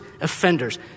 offenders